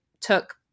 took